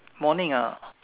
morning ah